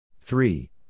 three